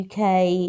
UK